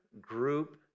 group